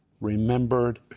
remembered